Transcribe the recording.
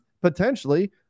potentially